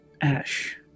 ash